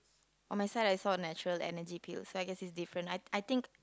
on my side I saw natural Energy Pills so I guess it's different I I think